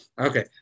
okay